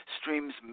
streams